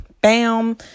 bam